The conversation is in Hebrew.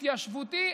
התיישבותי,